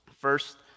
first